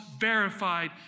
verified